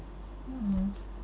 mmhmm